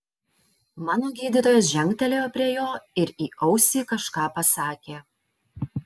mano gydytojas žengtelėjo prie jo ir į ausį kažką pasakė